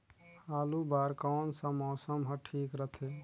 आलू बार कौन सा मौसम ह ठीक रथे?